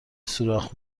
سوراخ